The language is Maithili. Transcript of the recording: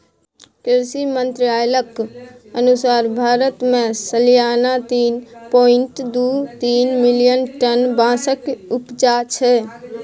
कृषि मंत्रालयक अनुसार भारत मे सलियाना तीन पाँइट दु तीन मिलियन टन बाँसक उपजा छै